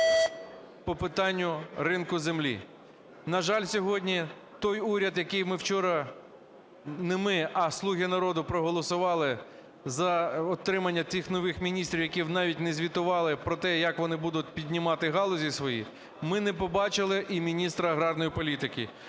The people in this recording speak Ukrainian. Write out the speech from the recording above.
по питанню ринку землі. На жаль, сьогодні той уряд, який ми вчора, не ми, а "слуги народу", проголосували за отримання цих нових міністрів, які навіть не звітували про те, як вони будуть піднімати галузі свої, ми не побачили і міністра аграрної політики.